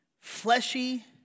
Fleshy